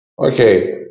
Okay